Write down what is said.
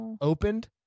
opened